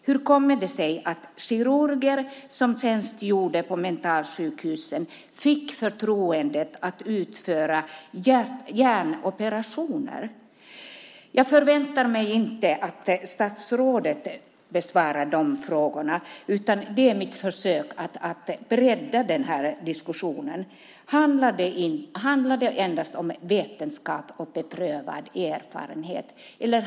Hur kommer det sig att kirurger som tjänstgjorde på mentalsjukhusen fick förtroendet att utföra hjärnoperationer? Jag förväntar mig inte att statsrådet besvarar de frågorna, utan de är mitt försök att bredda den här diskussionen. Handlar det endast om vetenskap och beprövad erfarenhet?